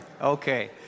okay